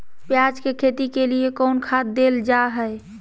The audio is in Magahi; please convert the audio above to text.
प्याज के खेती के लिए कौन खाद देल जा हाय?